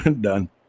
Done